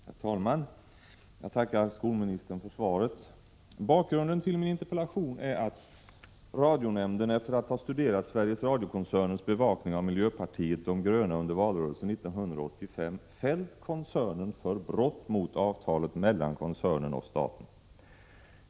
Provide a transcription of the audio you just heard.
Herr talman! Jag tackar skolministern för svaret. Bakgrunden till min interpellation är att radionämnden efter att ha studerat Sveriges Radiokoncernens bevakning av miljöpartiet under valrörelsen 1985, fällt koncernen för brott mot avtalet mellan koncernen och staten.